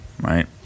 right